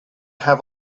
have